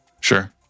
Sure